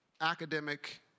academic